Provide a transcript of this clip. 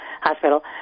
Hospital